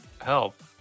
help